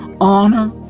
honor